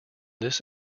this